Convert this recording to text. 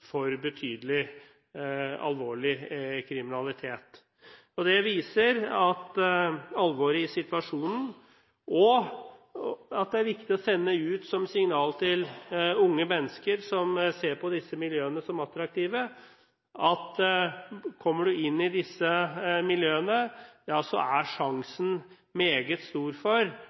for betydelig alvorlig kriminalitet. Det viser alvoret i situasjonen, og at det er viktig å sende ut som signal til unge mennesker som ser på disse miljøene som attraktive, at kommer man inn i disse miljøene, er faren meget stor for